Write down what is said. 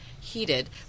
heated